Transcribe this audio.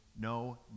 no